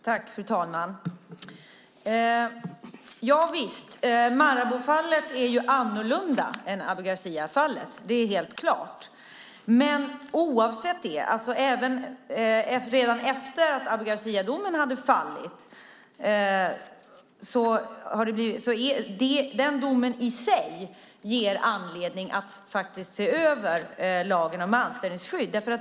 Fru talman! Ja, visst - Maraboufallet är annorlunda än Abu Garcia-fallet; det är helt klart. Oavsett detta ger dock Abu Garcia-domen i sig anledning att se över lagen om anställningsskydd.